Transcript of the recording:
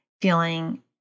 feeling